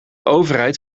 overheid